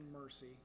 mercy